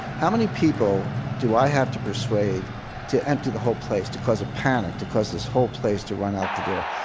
how many people do i have to persuade to empty the whole place to cause a panic, to cause this whole place to run out the door?